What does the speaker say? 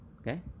Okay